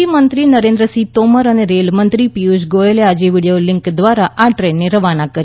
કૃષિ મંત્રી નરેન્દ્રસિંહ તોમર અને રેલવે મંત્રી પીયુષ ગોયલે આજે વીડિયો લીંક દ્વારા આ દ્રેનને રવાના કરી